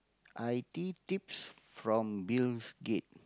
i_t tips from Bill-Gates